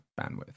bandwidth